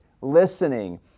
listening